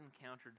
encountered